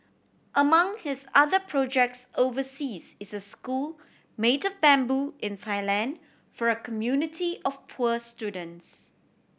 among his other projects overseas is a school made of bamboo in Thailand for a community of poor students